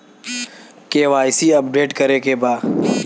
KYC update करे के बा?